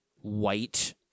white